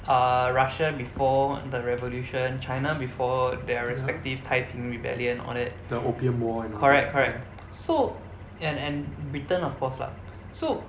err Russia before the revolution China before their respective Taiping rebellion all that correct correct so and and Britain of course lah so